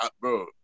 bro